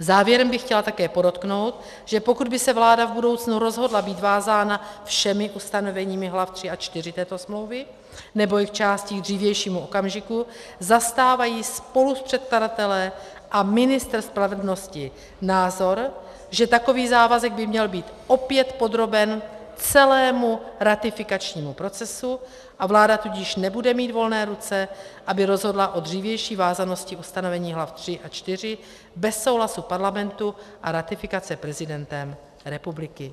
Závěrem bych chtěla také podotknout, že pokud by se vláda v budoucnu rozhodla být vázána všemi ustanoveními hlav III a IV této smlouvy nebo jejich částí k dřívějšímu okamžiku, zastávají spolupředkladatelé a ministr spravedlnosti názor, že takový závazek by měl být opět podroben celému ratifikačnímu procesu, a vláda tudíž nebude mít volné ruce, aby rozhodla o dřívější vázanosti ustanovení hlav III a IV bez souhlasu Parlamentu a ratifikace prezidentem republiky.